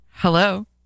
Hello